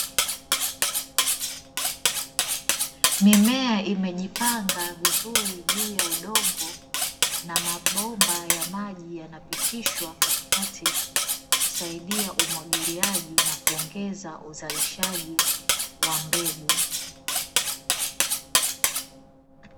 Mimea imejipanga vizuri juu ya udongo, na mabomba ya maji yanapitishwa katikati husaidia umwagiliaji na kuongeza uzalishaji wa mbegu.